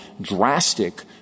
drastic